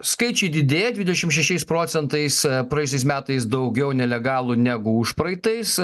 skaičiai didėja dvidešim šešiais procentais praėjusiais metais daugiau nelegalų negu užpraeitais